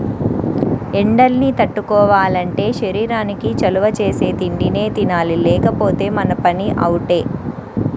ఎండల్ని తట్టుకోవాలంటే శరీరానికి చలవ చేసే తిండినే తినాలి లేకపోతే మన పని అవుటే